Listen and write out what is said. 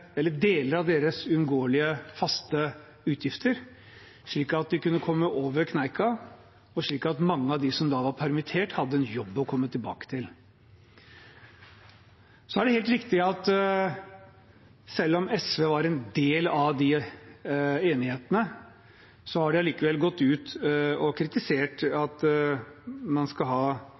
uunngåelige, faste utgifter, slik at de kunne komme over kneika, og slik at mange av de som da var permittert, hadde en jobb å komme tilbake til. Så er det helt riktig at selv om SV var en del av de enighetene, har de allikevel gått ut og kritisert det at man